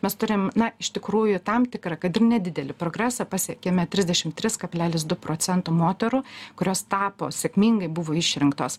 mes turim na iš tikrųjų tam tikrą kad ir nedidelį progresą pasiekėme trisdešim tris kablelis du procento moterų kurios tapo sėkmingai buvo išrinktos